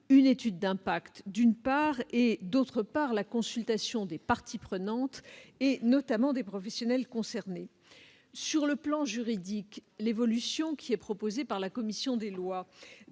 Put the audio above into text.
une étude d'impact et, d'autre part, la consultation des parties prenantes, notamment les professionnels concernés. Sur le plan juridique, l'évolution qui est proposée par la commission des lois